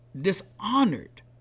dishonored